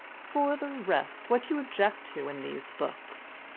for the rest, what do you object to in these books?